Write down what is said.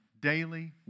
Daily